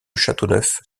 châteauneuf